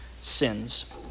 sins